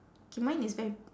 K mine is very